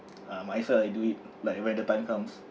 ah might as well I do it like when the time comes